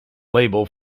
label